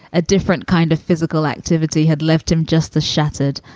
a different kind of physical activity had left him just the shattered.